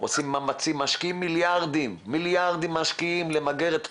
משקיעים מיליארדים למגר את התחלואה,